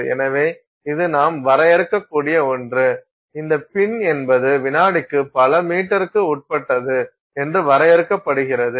எனவே இது நாம் வரையறுக்கக்கூடிய ஒன்று இந்த பின் என்பது வினாடிக்கு பல மீட்டருக்கு உட்பட்டது என்று வரையறுக்கப்படுகிறது